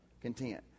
content